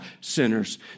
sinners